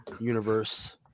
universe